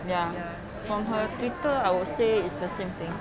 ya from her twitter I would say it's the same thing